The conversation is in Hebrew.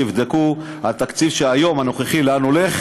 שיבדקו, לאן הולך